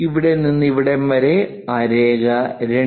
ഇവിടെ നിന്ന് ഇവിടെ വരെ ആ രേഖ 2